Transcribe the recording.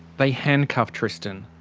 they handcuff tristan.